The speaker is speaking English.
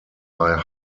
are